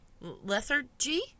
lethargy